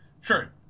Sure